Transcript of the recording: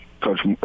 Coach